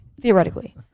theoretically